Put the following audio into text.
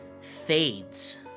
fades